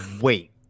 wait